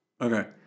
Okay